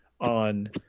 on